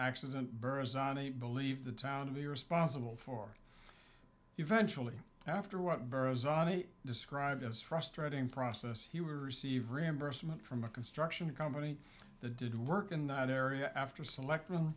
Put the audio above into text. accident bures believed the town to be responsible for eventually after what verizon i described as frustrating process here were received reimbursement from a construction company that did work in that area after selecting